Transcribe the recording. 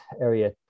area